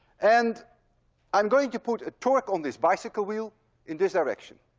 and i'm going to put a torque on this bicycle wheel in this direction,